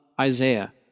Isaiah